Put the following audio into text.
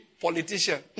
Politician